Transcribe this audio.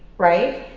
right?